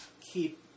keep